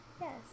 Yes